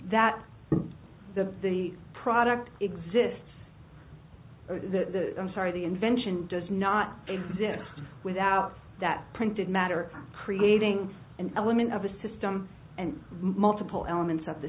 that the the product exists the i'm sorry the invention does not exist without that printed matter creating an element of a system and multiple elements of the